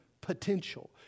potential